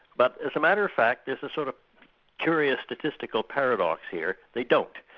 but as a matter of fact, it's a sort of curious statistical paradox here. they don't.